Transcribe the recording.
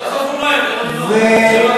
סוף-סוף הוא נואם, תנו לו לנאום.